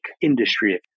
industry